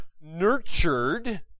nurtured